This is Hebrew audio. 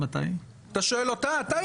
שזה יותר מתאים לא להגדרות אלא להמשך.